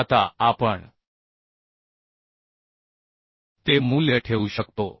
आता आपण ते मूल्य ठेवू शकतो